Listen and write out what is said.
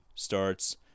starts